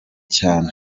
cyane